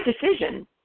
decision